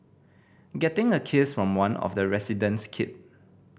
getting a kiss from one of the resident's kid